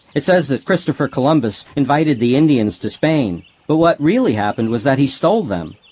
it says that christopher columbus invited the indians to spain, but what really happened was that he stole them!